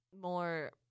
more